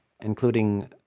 including